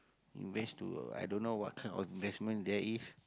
invest to i don't know what kind of investment there is